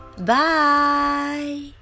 Bye